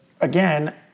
again